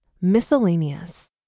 miscellaneous